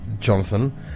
Jonathan